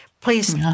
please